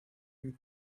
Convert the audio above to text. you